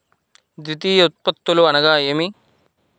ద్వితీయ ఉత్పత్తులు అనగా నేమి?